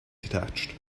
detached